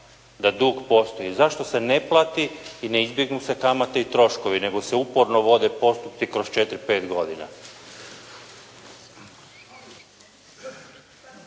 da dug postoji, zašto se ne plati i ne izbjegnu se kamate i troškovi nego se uporno vode postupci kroz 4, 5 godina?